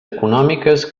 econòmiques